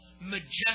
majestic